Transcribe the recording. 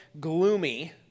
gloomy